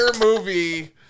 movie